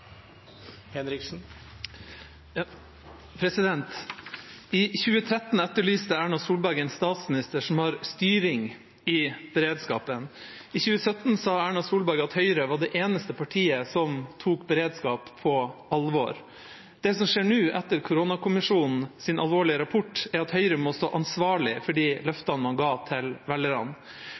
I 2013 etterlyste Erna Solberg en statsminister som har styring med beredskapen. I 2017 sa Erna Solberg at Høyre var det eneste partiet som tok beredskap på alvor. Det som skjer nå etter koronakommisjonens alvorlige rapport, er at Høyre må stå ansvarlig for de løftene man ga til velgerne.